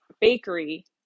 bakery